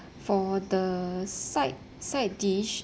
for the side side dish